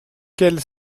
quelle